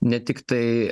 ne tiktai